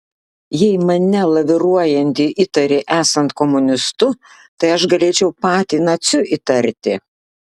jei mane laviruojantį įtari esant komunistu tai aš galėčiau patį naciu įtarti